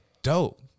Dope